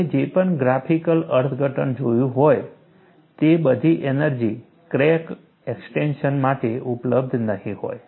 તમે જે પણ ગ્રાફિકલ અર્થઘટન જોયું હોય તે બધી એનર્જી ક્રેક એક્સ્ટેંશન માટે ઉપલબ્ધ નહીં હોય